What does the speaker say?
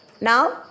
Now